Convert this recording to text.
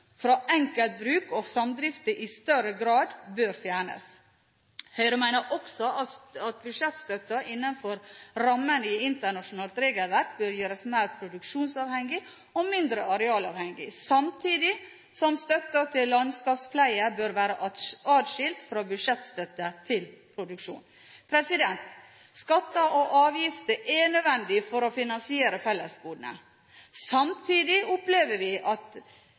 samdrifter i større grad bør fjernes. Høyre mener også at budsjettstøtten innenfor rammene i internasjonalt regelverk bør gjøres mer produksjonsavhengig og mindre arealavhengig, samtidig som støtten til landskapspleie bør være adskilt fra budsjettstøtte til produksjon. Skatter og avgifter er nødvendig for å finansiere fellesgodene. Samtidig opplever vi at